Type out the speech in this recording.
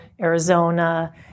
Arizona